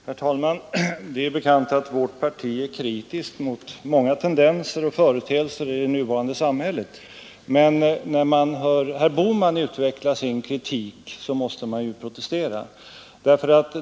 Herr talman! Det är bekant att vårt parti är kritiskt mot många tendenser och företeelser i det nuvarande samhället, men när man hör herr Bohman utveckla sin kritik måste man protestera.